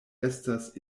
estas